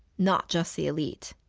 not just the elite.